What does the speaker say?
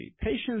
Patients